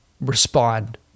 respond